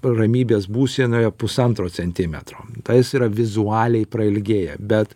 ramybės būsenoje pusantro centimetro tai jis yra vizualiai prailgėja bet